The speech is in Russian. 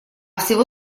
всего